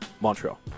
Montreal